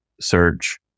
search